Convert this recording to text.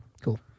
Cool